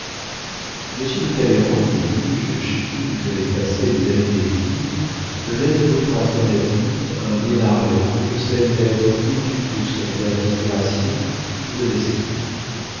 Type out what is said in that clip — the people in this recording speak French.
monsieur de talleyrand lui dis-je chez qui vous avez passé les années d'exil ne laisse d'autre alternative à un hénarez que celle d'être ou duc de soria disgracié ou domestique